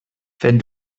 wenn